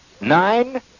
Nine